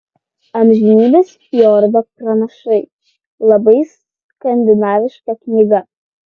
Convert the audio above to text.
amžinybės fjordo pranašai labai skandinaviška knyga